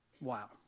Wow